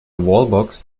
wallbox